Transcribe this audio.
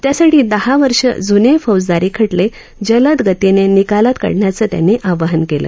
त्यासाठी दहा वर्ष जुन फौजदारी खटल जलद गतीनं निकालात काढण्याचं आवाहनही त्यांनी कालं